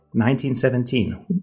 1917